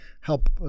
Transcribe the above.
help